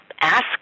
ask